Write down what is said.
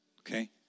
okay